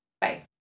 Bye